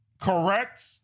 Correct